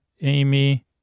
Amy